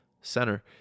center